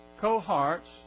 cohorts